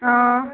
हां